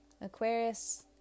Aquarius